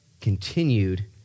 continued